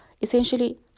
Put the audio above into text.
essentially